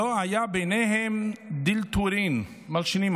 שלא היה ביניהן דילטורין" מלשינים,